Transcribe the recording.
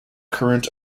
current